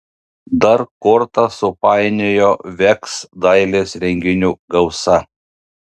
dar kortas supainiojo veks dailės renginių gausa